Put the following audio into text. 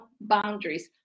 boundaries